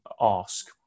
Ask